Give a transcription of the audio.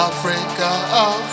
Africa